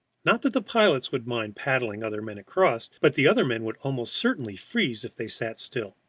not that the pilots would mind paddling other men across, but the other men would almost certainly freeze if they sat still.